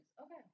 Okay